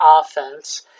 offense